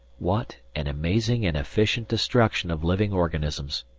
what an amazing and efficient destruction of living organism!